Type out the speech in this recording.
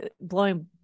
blowing